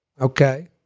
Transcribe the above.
Okay